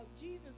Jesus